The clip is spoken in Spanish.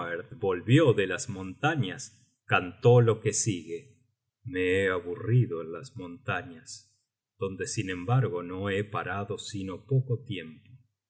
volvió de las montañas cantó lo que sigue me he aburrido en las montañas donde sin embargo no he parado sino poco tiempo